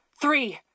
three